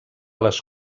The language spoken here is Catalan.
les